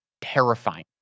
terrifying